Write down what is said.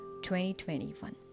2021